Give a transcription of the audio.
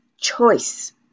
choice